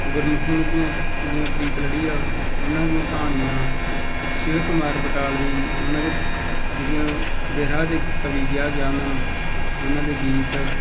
ਗੁਰਮੁੱਖ ਸਿੰਘ ਦੀਆਂ ਜਿਹੜੀਆਂ ਪ੍ਰੀਤਲੜੀ ਆ ਉਹਨਾਂ ਦੀਆਂ ਕਹਾਣੀਆਂ ਸ਼ਿਵ ਕੁਮਾਰ ਬਟਾਲਵੀ ਉਹਨਾਂ ਦੇ ਜਿਹੜੀਆਂ ਬਿਰਹਾ ਦੇ ਕਵੀ ਕਿਹਾ ਗਿਆ ਉਹਨਾਂ ਨੂੰ ਉਹਨਾਂ ਦੇ ਗੀਤ